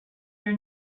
your